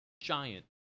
giant